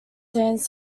sans